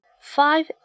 five